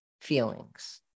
feelings